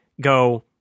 go